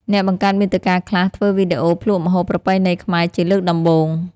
អ្នកបង្កើតមាតិកាខ្លះធ្វើវីដេអូភ្លក់ម្ហូបប្រពៃណីខ្មែរជាលើកដំបូង។